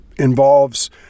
involves